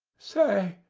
say,